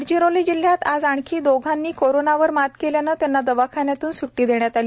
गडचिरोली जिल्हयातील आज आणखी दोघांनी कोरोनावर मात केल्याने त्यांना दवाखान्यातून स्ट्टी देण्यात आली